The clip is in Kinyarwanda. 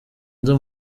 nza